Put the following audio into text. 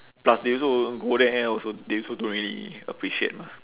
plus they also won't go there also they also don't really appreciate mah